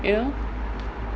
you know